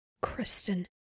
Kristen